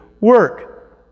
work